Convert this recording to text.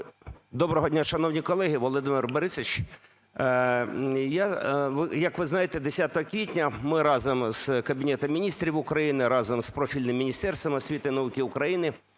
Доброго дня, шановні колеги, Володимир Борисович! Як ви знаєте, 10 квітня ми разом з Кабінетом Міністрів України, разом з профільним Міністерством освіти і науки України